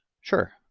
sure